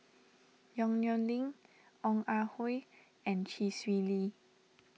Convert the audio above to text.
Yong Nyuk Lin Ong Ah Hoi and Chee Swee Lee